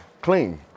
clean